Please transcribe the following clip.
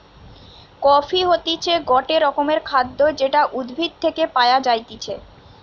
coffee হতিছে গটে রকমের খাদ্য যেটা উদ্ভিদ থেকে পায়া যাইতেছে